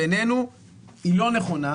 בעינינו היא לא נכונה,